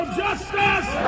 justice